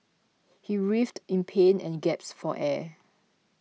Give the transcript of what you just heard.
he writhed in pain and gasped for air